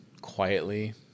quietly